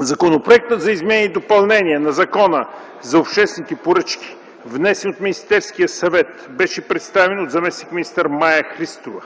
Законопроектът за изменение и допълнение на Закона за обществените поръчки, внесен от Министерския съвет, беше представен от заместник-министър Мая Христова.